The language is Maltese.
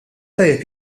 tajjeb